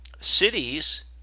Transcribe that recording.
cities